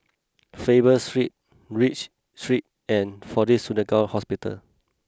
Faber Street Read Street and Fortis Surgical Hospital